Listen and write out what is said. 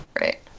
Right